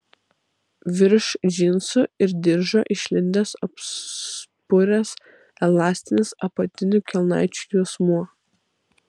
virš džinsų ir diržo išlindęs apspuręs elastinis apatinių kelnaičių juosmuo